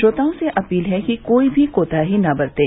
श्रोताओं से अपील है कि कोई भी कोताही न बरतें